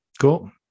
Cool